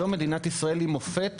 היום מדינת ישראל היא מופת